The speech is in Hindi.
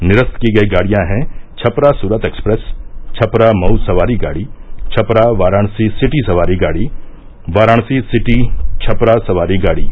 निरस्त की गयी गाड़ियां हैं छपरा सूरत एक्सप्रेस छपरा मऊ सवारी गाड़ी छपरा वाराणसी सिटी सवारी गाड़ी वाराणसी सिटी छपरा सवारी गाड़ी